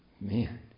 man